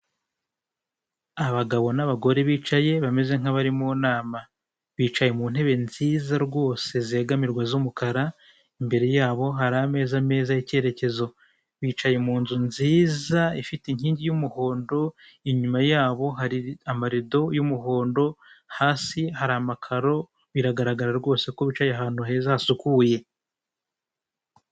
Abagabo n'abagore bicaye bameze nk'abari mu nama, bicaye mu ntebe nziza rwose zegamirwa z'umukara imbere yabo hari ameza meza meza y'icyerekezo, bicaye mu nzu nziza ifite inkingi y'umuhondo inyuma yabo hari amarido y'umuhondo hasi hari amakaro biragaragara rwose ko bicaye ahantu heza hasukuye.